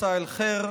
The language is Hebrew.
מסא אל-ח'יר,